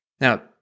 Now